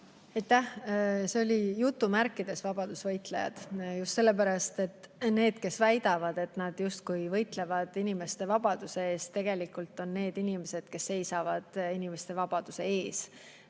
See oli jutumärkides vabadusvõitlejad. Just sellepärast, et need, kes väidavad, et nad justkui võitlevad inimeste vabaduste eest, tegelikult on inimesed, kes seisavad inimeste vabadustel ees.